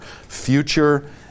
Future